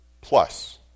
plus